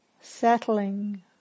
settling